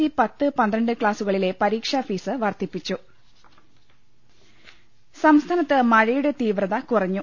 E പത്ത് പന്ത്രണ്ട് ക്ലാസുകളിലെ പരീക്ഷാഫീസ് വർദ്ധി പ്പിച്ചു രംഭട്ടിട്ടുള സംസ്ഥാനത്ത് മഴയുടെ തീവ്രത കുറഞ്ഞു